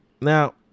Now